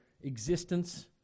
existence